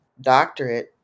doctorate